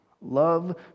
Love